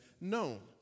known